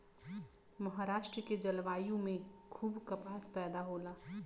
महाराष्ट्र के जलवायु में खूब कपास पैदा होला